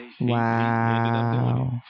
wow